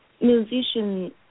musician